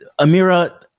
Amira